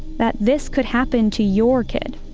that this could happen to your kid.